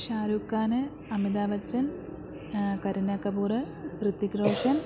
Shahrukh Khan Amitabh Bachchan Kareena Kapoor Hrithik Roshan